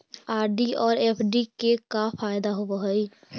RD और FD के का फायदा होव हई?